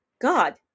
God